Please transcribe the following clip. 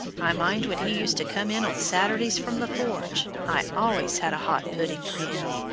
i mind when he used to come in on saturdays from the forge, i always had a hot pudding for him.